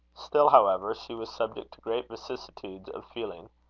still, however, she was subject to great vicissitudes of feeling.